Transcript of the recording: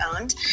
owned